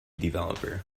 developer